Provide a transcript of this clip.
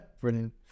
brilliant